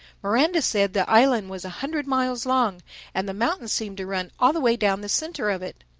miranda said the island was a hundred miles long and the mountains seem to run all the way down the centre of it.